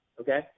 okay